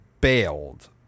bailed